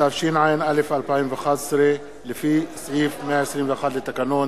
התשע"א 2011, לפי סעיף 121 לתקנון.